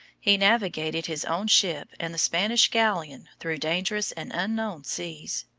he navigated his own ship and the spanish galleon through dangerous and unknown seas,